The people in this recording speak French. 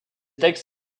textes